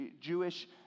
Jewish